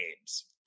games